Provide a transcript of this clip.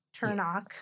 Turnock